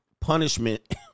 punishment